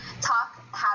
talk